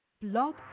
Blog